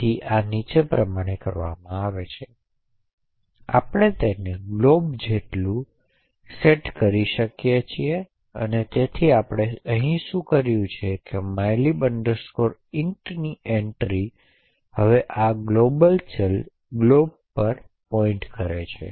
તેથી આ નીચે પ્રમાણે કરવામાં આવે છે આપણે તેને glob જેટલું તરીકે સેટ કરી શકીએ છીએ અને તેથી આપણે શું અહીં કર્યું છે કે mylib int ની એન્ટ્રી હવે આ ગ્લોબલ ચલ glob પર પોઇન્ટ કરે છે